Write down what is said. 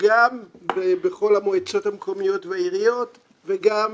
גם בכל המועצות המקומיות והעיריות וגם